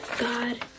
God